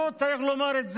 הוא צריך לומר את זה.